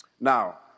Now